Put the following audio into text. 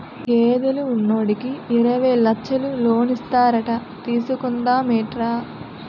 గేదెలు ఉన్నోడికి యిరవై లచ్చలు లోనిస్తారట తీసుకుందా మేట్రా